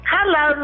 Hello